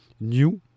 New